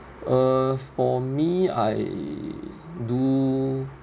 uh for me I do